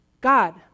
God